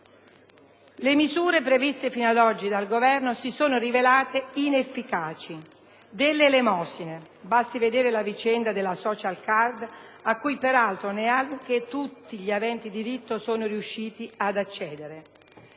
Le misure previste fino ad oggi dal Governo si sono rivelate inefficaci, delle elemosine: basti vedere la vicenda della *social* *card*, a cui, peraltro, neanche tutti gli aventi diritto sono riusciti ad accedere.